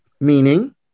Meaning